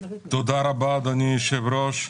תודה רבה, אדוני היושב-ראש.